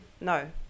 no